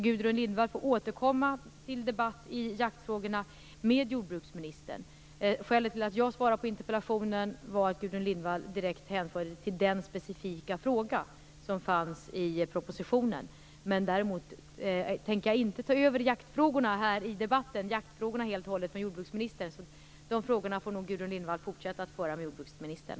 Gudrun Lindvall får återkomma i en debatt om jaktfrågorna med jordbruksministern. Skälet till att jag svarar på interpellationen är att Gudrun Lindvall direkt hänförde till den specifika fråga som fanns i propositionen. Däremot tänker jag inte ta över jaktfrågorna här i debatten. De hör helt och hållet till jordbruksministern. Gudrun Lindvall får alltså fortsätta att föra den debatten med jordbruksministern.